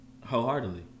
Wholeheartedly